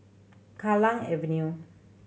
Kallang Avenue